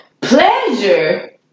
Pleasure